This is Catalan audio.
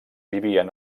vivien